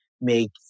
make